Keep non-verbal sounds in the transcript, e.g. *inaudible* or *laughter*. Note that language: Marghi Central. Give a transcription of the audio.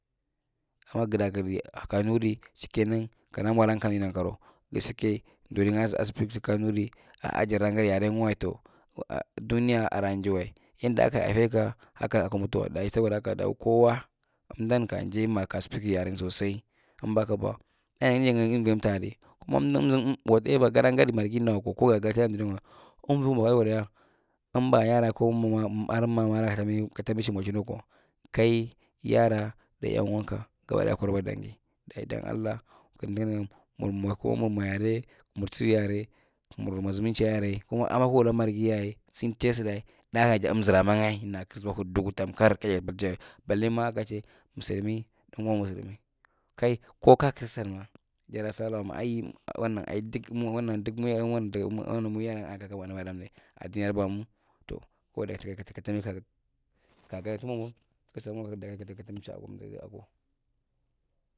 Ama guda givi kanuri shikke nang molong kami nankaro giske durinyae a speak tu kanuri a’a jara daa ngadi yarenwa tow *hesitation* dunia adaa jew’ae yenda aka haifeka hakka akayi mutuwa dayi saboda haka da kowa emdan kaje ma ka speak yaren sosai in bahakaba inja ninigi tam; adi kuma *unintelligible* wateva gadaa gadi margidan wakwa koagasaaduringwa unvi mwaka dia emba yara ko mamara katambi shimo chin wakwo kai yara da yang uwangka gabadia kololukwa dangi ayi dan alla kindanigan murmwa kumur mwa yare mur chil yare kumur mwa zuman chi a yarae kuma ama kug wula margi yayae sin tuche sudai nakana jamzura ma ngae na kigir zuba kwa huddugu tamkar kaya pirtaye ballema akache muslumi dan uwan muslimi kai ko ka kirsan ma jadaa salwa ma ai dik ai wanang ai duk ai daga *unintelligible* aka rabamu touch katambi. *unintelligible*